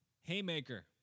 Haymaker